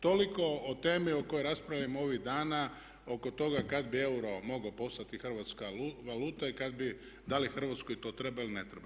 Toliko o temi o kojoj raspravljamo ovih dana oko toga kad bi euro mogao postati hrvatska valuta i kad bi, da li Hrvatskoj to treba ili ne treba.